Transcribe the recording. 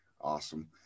Awesome